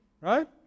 right